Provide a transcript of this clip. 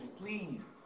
Please